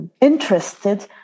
interested